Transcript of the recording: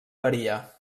varia